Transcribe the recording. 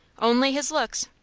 only his looks.